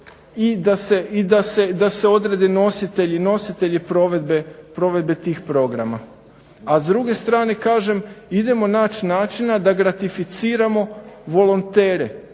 i da se odrede nositelji provedbe tih programa. A s druge strane kažem idemo naći načina da ratificiramo volontere,